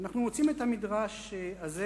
אנחנו מוצאים את המדרש הזה,